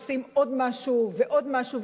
עושים עוד משהו ועוד משהו,